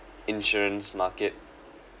insurance market